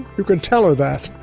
you could tell her that,